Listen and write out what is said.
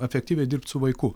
efektyviai dirbt su vaiku